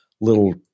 little